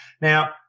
Now